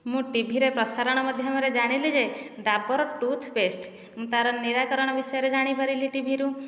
ମୁଁ ଟିଭିରେ ପ୍ରସାରଣ ମାଧ୍ୟମରେ ଜାଣିଲି ଯେ ଡାବର ଟୁଥ ପେଷ୍ଟ ତା'ର ନିରାକରଣ ବିଷୟରେ ଜାଣିପାରିଲି ଟିଭିରୁ